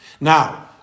Now